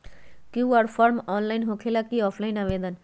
QR form online होकेला कि offline आवेदन?